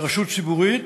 לרשות ציבורית,